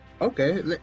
Okay